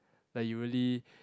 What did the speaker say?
like you really